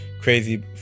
crazy